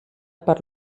per